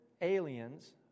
aliens